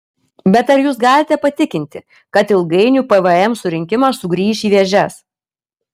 bet ar jūs galite patikinti kad ilgainiui pvm surinkimas sugrįš į vėžes